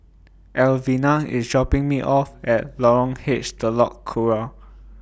Elvina IS dropping Me off At Lorong H Telok Kurau